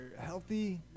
healthy